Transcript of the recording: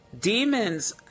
Demons